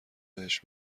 بهش